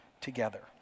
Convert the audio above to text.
together